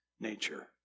nature